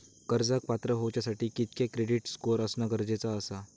कर्जाक पात्र होवच्यासाठी कितक्या क्रेडिट स्कोअर असणा गरजेचा आसा?